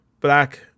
black